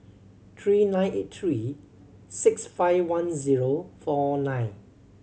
three nine eight three six five one zero four nine